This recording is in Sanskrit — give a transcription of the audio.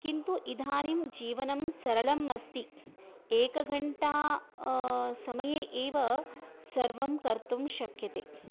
किन्तु इदानीं जीवनं सरलम् अस्ति एकघण्टा समये एव सर्वं कर्तुं शक्यते